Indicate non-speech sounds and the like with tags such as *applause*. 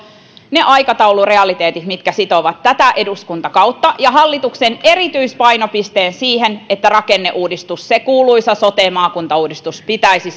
ne aikataulurealiteetit mitkä sitovat tätä eduskuntakautta ja hallituksen erityispainopisteen siihen että rakenneuudistus se kuuluisa sote maakuntauudistus pitäisi *unintelligible*